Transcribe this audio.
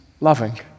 loving